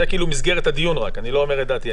זו מסגרת הדיון, אני לא אומר את דעתי.